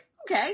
okay